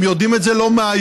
הם יודעים את זה לא מהיום,